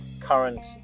current